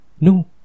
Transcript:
no